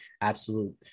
absolute